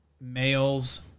males